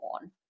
on